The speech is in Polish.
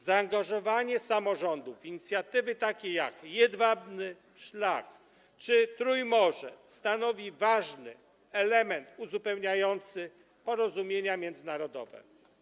Zaangażowanie samorządów w inicjatywy takie jak jedwabny szlak czy Trójmorze stanowi ważny element uzupełniający porozumienia międzynarodowe.